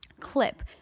clip